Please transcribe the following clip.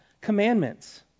commandments